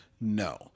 no